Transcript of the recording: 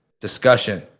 discussion